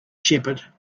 shepherd